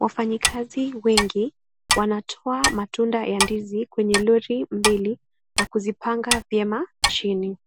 Wafanyikazi wengi wanatoa matunda ya ndizi kwenye lori mbili na kuzipanga vyema chini.